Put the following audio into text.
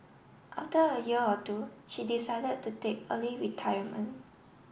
after a year or two she decided to take early retirement